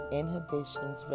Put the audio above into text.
inhibitions